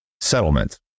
settlement